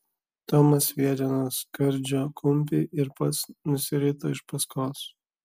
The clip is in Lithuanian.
tomas sviedė nuo skardžio kumpį ir pats nusirito iš paskos